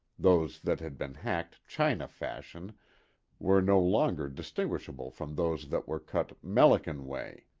those that had been hacked china fashion were no longer distinguishable from those that were cut melican way.